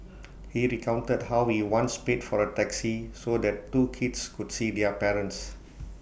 he recounted how we once paid for A taxi so that two kids could see their parents